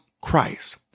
Christ